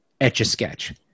etch-a-sketch